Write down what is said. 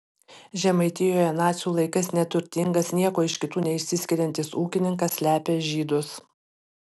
žemaitijoje nacių laikais neturtingas niekuo iš kitų neišsiskiriantis ūkininkas slepia žydus